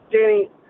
Danny